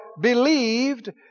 believed